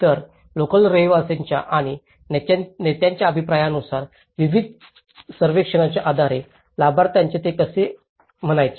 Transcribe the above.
तर लोकल रहिवाशांच्या आणि नेत्यांच्या अभिप्रायानुसार विविध सर्वेक्षणांच्या आधारे लाभार्थ्यांचे ते कसे म्हणायचे